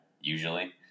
usually